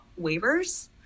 waivers